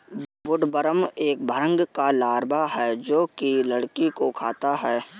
woodworm एक भृंग का लार्वा है जो की लकड़ी को खाता है